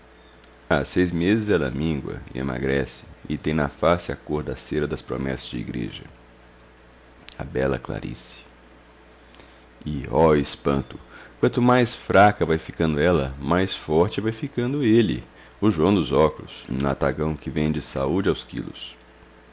há seis meses ela mingua e emagrece e tem na face a cor da cera das promessas de igreja a bela clarice e ó espanto quanto mais fraca vai ficando ela mais forte vai ficando ele o joão dos óculos um latagão que vende saúde aos quilos